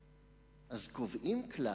אז קובעים כלל: